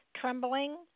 trembling